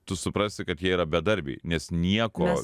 tu suprasi kad jie yra bedarbiai nes nieko